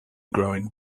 growing